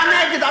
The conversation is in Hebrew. אתה נגד?